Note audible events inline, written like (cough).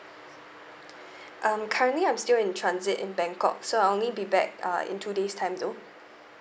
(breath) um currently I'm still in transit in bangkok so I'll only be back uh in two days time though